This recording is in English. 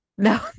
No